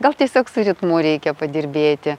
gal tiesiog su ritmu reikia padirbėti